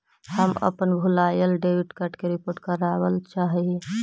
हम अपन भूलायल डेबिट कार्ड के रिपोर्ट करावल चाह ही